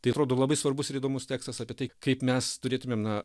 tai atrodo labai svarbus ir įdomus tekstas apie tai kaip mes turėtumėm na